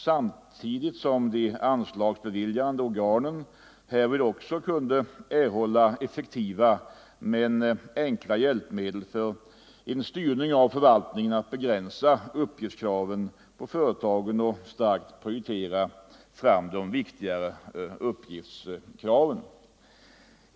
Samtidigt skulle de anslagsbeviljande organen kunna erhålla effektiva men enkla hjälpmedel för en styrning av förvaltningen i syfte att begränsa uppgiftskraven på företagen och starkt prioritera de viktigare uppgiftskraven.